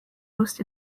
most